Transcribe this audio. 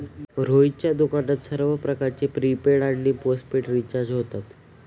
रोहितच्या दुकानात सर्व प्रकारचे प्रीपेड आणि पोस्टपेड रिचार्ज होतात